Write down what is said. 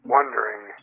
Wondering